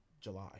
July